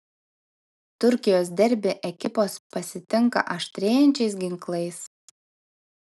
turkijos derbį ekipos pasitinka aštrėjančiais ginklais